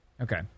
Okay